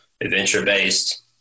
adventure-based